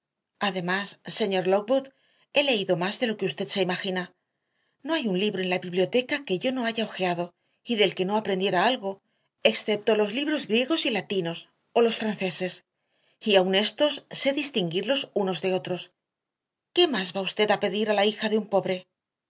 además señor lockwood he leído más de lo que usted se imagina no hay un libro de la biblioteca que yo no haya ojeado y del que no aprendiera algo excepto los libros griegos y latinos o los franceses y aun éstos sé distinguirlos unos de otros qué más va usted a pedir a la hija de un pobre